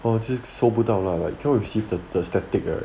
哦就收不到 lah like cannot receive the static right